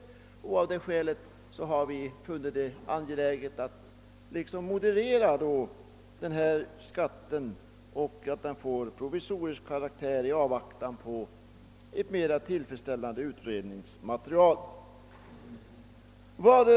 Av det skälet har vi funnit det angeläget att moderera verkningarna av släpvagnsskatten genom att den får en provisorisk karaktär i avvaktan på ett mera tillfredsställande utredningsmaterial.